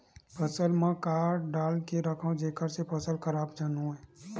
फसल म का डाल के रखव जेखर से फसल खराब झन हो?